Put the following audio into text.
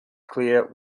clear